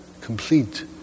complete